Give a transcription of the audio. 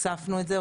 הוספנו את זה.